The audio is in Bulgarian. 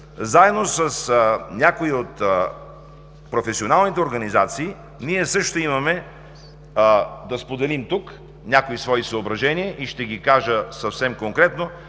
заедно с някои от професионалните организации, ние също имаме да споделим тук някои свои съображения и ще ги кажа съвсем конкретно.